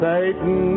Satan